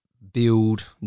build